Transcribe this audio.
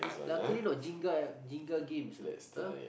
luckily not Jenga Jenga games ah ah